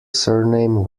surname